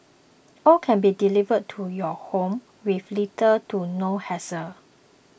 all can be delivered to your home with little to no hassle